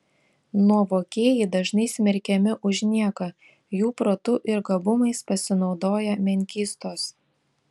nuovokieji dažnai smerkiami už nieką jų protu ir gabumais pasinaudoja menkystos